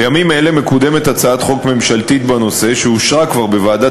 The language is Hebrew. בימים אלה מקודמת הצעת חוק ממשלתית בנושא שכבר אושרה בוועדת